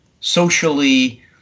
socially